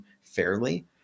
fairly